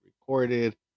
recorded